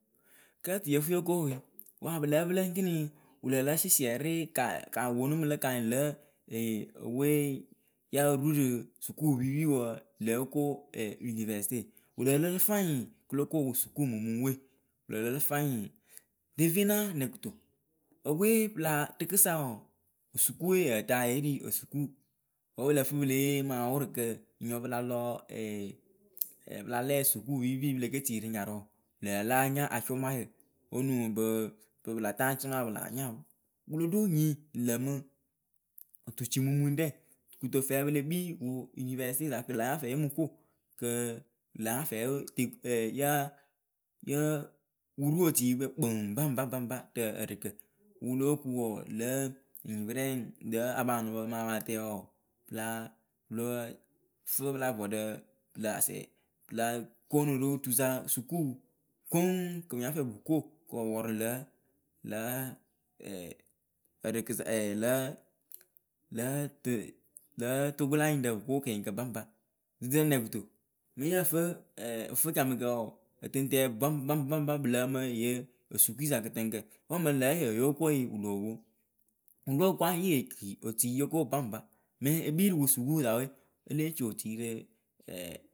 Kɨ yǝ tɨ yǝ fɨ yo ko we, wǝ a pɨ lǝ́ǝ pɨ lǝ ekiniŋ wɨ lǝ lǝ sɩsiɛrɩ ka ɛɛ ka wɨ ponu mɨ lǝ ka anyɩŋ lǝ̌ ɛɛ opɨwee, yǝ ru rɨ sukuupiipiwǝ lǝ̌ oko Univɛɛsɨte, wɨ lǝ lǝ rɨ fanyɩɩŋ kɨ lo ko ŋ wɨ sukuumumuŋwe wɨ lǝ lǝ rɨ fanyɩŋ devena nɛkʊto? epɨwe pɨ laa rɨkɨsa wɔɔ, sukuuwe yǝǝ tɨ ya yée ri osukuu. Wǝ́ pɨ lǝ fɨ pɨ le yee mɨ awʊrʊkǝ, enyipǝ pɨ la lɔ pɨ la lɛɛ sukuupiipiu pɨ le ke tii rɨ nyarʊʊ pɨ laa láa nya acʊmayǝ. Onuŋ ŋbɨɨ, ŋpɨ pɨ la taa acʊmaa pɨ laa nya o, wɨ lo ɖo nyii ŋ lǝmɨ, otucimumuŋɖɛ kɨto fɛɛ pɨ le kpii wu inivɛɛsiteesa kɨ lǎ ya fɛɛ lo mu ko kɨ lǎ ya fɛɛ yo de ɛɛ yaa, yǝ́ǝ baŋba baŋba, rɨ ǝrɨkǝ. ŋ wɨ wɨ lóo ku wɔɔ, lǝ̌ nyipɨrɛ lǝ̌ apaanʊpǝ mɨ apaatɛpǝ wɔɔ láa, lɔǝ Fɨ pɨla vɔɔɖǝ lǝ asɛɛ la koonu rɨ tusa sukuu koŋŋ kɨ pɨ nya fɛɛ pɨ ko kɨ pɨ pɔrʊ lǝ̌, lǝ̌, ɛɛ, ǝrɨkɨ sa, ɛɛ lǝ̌ lǝ̌ tɨ lǝ̌ Togo la nyɩŋɖǝ pɨ ko kɨnyɩɩkǝ baŋpa. nɛ kutomMɨŋ yǝh fɨ ɛɛ ǝfɨcamɨkǝ wɔɔ, ǝtɨŋtǝǝ baŋba baŋba pɨ lǝǝmɨ ŋyɨ osukuuyɨsa kɨtɨŋkǝ. Wǝ́ mɨŋ ŋlǝ̌ yoo yóo ko yɨ wǝ loo poŋ. yo ko baŋba, mɨŋ ekpii rɨ ŋ wɨ sukuuwɨsa we, e lée ci otui rɨ.